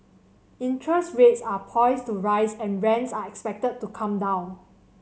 interest rates are poised to rise and rents are expected to come down